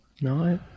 No